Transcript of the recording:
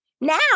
now